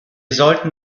sollten